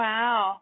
Wow